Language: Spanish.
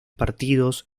partidos